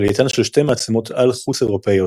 ועלייתן של שתי מעצמות על חוץ-אירופאיות